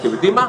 ואתם יודעים מה?